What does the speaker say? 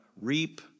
reap